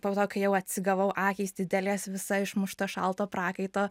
po to kai jau atsigavau akys didelės visa išmušta šalto prakaito